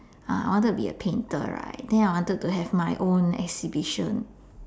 uh I wanted be a painter right then I wanted to have my own exhibition